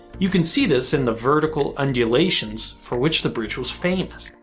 you can see this in the vertical undulations for which the bridge was famous.